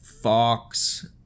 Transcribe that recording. fox